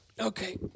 Okay